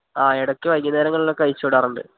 ആ ഇടയ്ക്കു വൈകുന്നേരങ്ങളിലൊക്കെ അഴിച്ചുവിടാറുണ്ട്